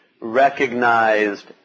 recognized